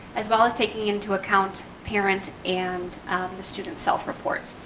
as well as taking into account, parent and the student self report.